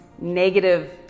negative